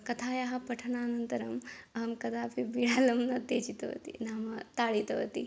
कथायाः पठनानन्तरम् अहं कदापि बिडालं न त्यजितवती नाम ताडितवती